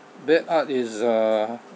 bad art is uh